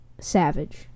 savage